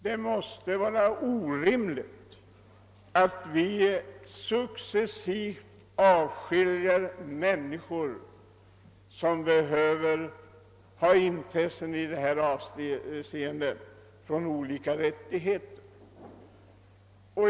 Det måste vara orimligt att successivt beröva människor med intressen i detta sammanhang deras rättigheter.